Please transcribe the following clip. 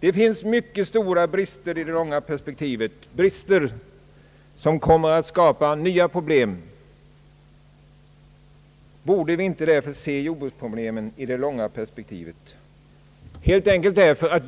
Det finns många stora brister i det långa perspektivet, brister som kommer att skapa nya problem. Borde vi inte därför se jordbruksproblemen i det långa perspektivet?